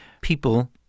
people